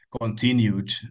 continued